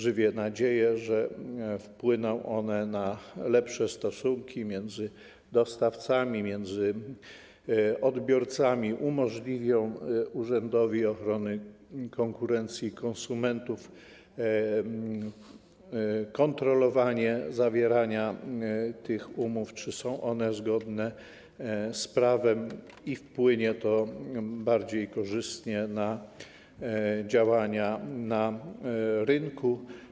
Żywię nadzieję, że wpłyną one na lepsze stosunki między dostawcami, między odbiorcami, że umożliwią Urzędowi Ochrony Konkurencji i Konsumentów kontrolowanie zawierania tych umów, czy są one zgodne z prawem, że wpłynie to bardziej korzystnie na działanie na rynku.